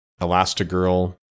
Elastigirl